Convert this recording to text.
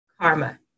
Karma